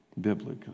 biblically